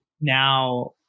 now